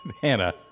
Hannah